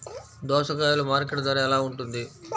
దోసకాయలు మార్కెట్ ధర ఎలా ఉంటుంది?